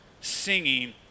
singing